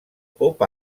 pop